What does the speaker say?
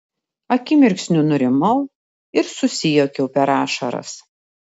akimirksniu nurimau ir susijuokiau per ašaras